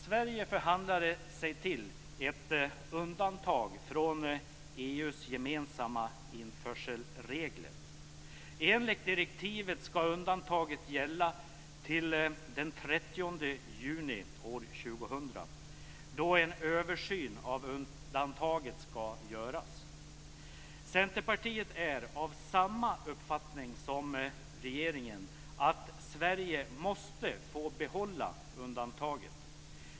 Sverige förhandlade sig till ett undantag från EU:s gemensamma införselregler. Enligt direktivet ska undantaget gälla till den 30 juni 2000, då en översyn av undantaget ska göras. Centerpartiet har samma uppfattning som regeringen, nämligen att Sverige måste få behålla undantaget.